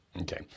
Okay